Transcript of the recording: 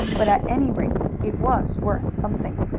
but at any rate it was worth something.